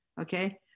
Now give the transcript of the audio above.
okay